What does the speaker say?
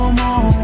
more